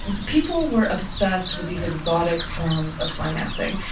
people were obsessed with these exotic forms of financing.